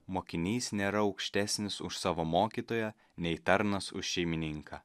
mokinys nėra aukštesnis už savo mokytoją nei tarnas už šeimininką